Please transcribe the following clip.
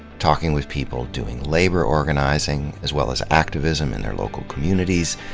talking with people, doing labor organizing as well as activism in their local communities,